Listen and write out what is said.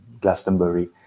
Glastonbury